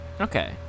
okay